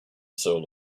soul